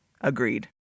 Agreed